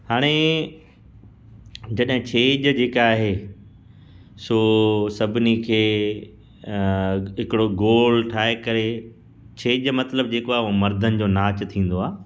हाणे जॾहिं छेॼ जेका आहे सो सभिनी खे हिकिड़ो गोल ठाहे करे छेॼ मतिलब जेको आहे मर्दनि जो नाचु थींदो आहे